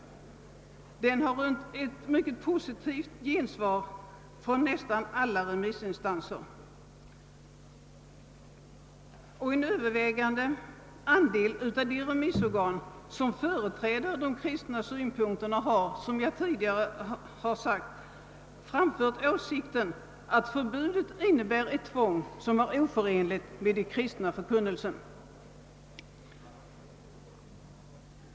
Utredningen har rönt ett mycket positivt mottagande från nästan alla remissinstanser, En övervägande del av de remissorgan som företräder de kristna synpunkterna har, såsom jag tidigare sagt, framfört åsikten att förbudet innebär ett tvång som är oförenligt med den kristna förkunnelsen.